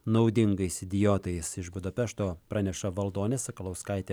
naudingais idiotais iš budapešto praneša valdonė sakalauskaitė